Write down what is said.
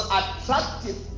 attractive